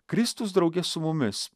kristus drauge su mumis